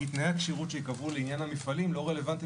כי תנאי הכשירות שייקבעו לעניין המפעלים לא רלוונטיים